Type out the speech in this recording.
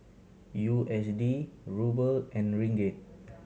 U S D Ruble and Ringgit